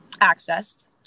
accessed